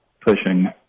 pushing